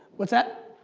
what's that?